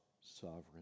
sovereign